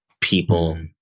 people